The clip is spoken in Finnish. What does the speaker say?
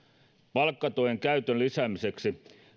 palkkatuen käytön lisäämiseksi